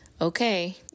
Okay